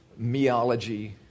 meology